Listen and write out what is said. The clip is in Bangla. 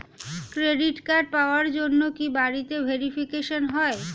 ক্রেডিট কার্ড পাওয়ার জন্য কি বাড়িতে ভেরিফিকেশন হয়?